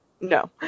No